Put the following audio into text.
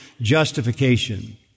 justification